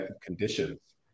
conditions